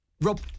Rob